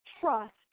trust